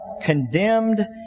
condemned